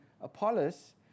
Apollos